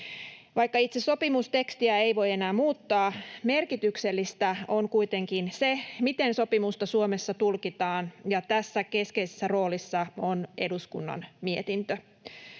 Vaikka itse sopimustekstiä ei voi enää muuttaa, merkityksellistä on kuitenkin se, miten sopimusta Suomessa tulkitaan, ja tässä keskeisessä roolissa on eduskunnan mietintö.